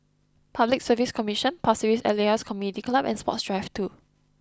Public Service Commission Pasir Ris Elias Community Club and Sports Drive two